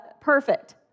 perfect